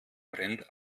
brennt